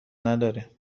نداره